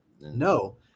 No